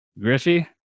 Griffey